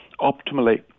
optimally